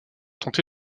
tenté